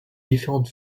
différentes